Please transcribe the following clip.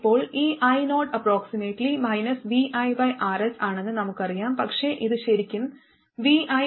ഇപ്പോൾ ഈ io viRs ആണെന്ന് നമുക്കറിയാം പക്ഷേ ഇത് ശരിക്കും -viRsgmgmGs ആണ്